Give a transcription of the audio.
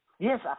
Yes